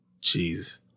Jesus